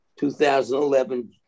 2011